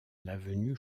l’avenue